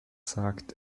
sagt